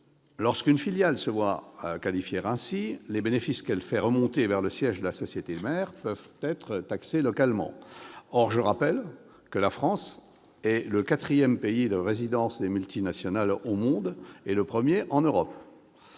lorsqu'une filiale se voit qualifiée ainsi, les bénéfices qu'elle fait remonter vers le siège de la société mère peuvent être taxés localement. Or je rappelle que la France est le quatrième pays de résidence des multinationales au monde et le premier en Europe.